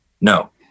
no